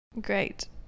Great